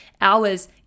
hours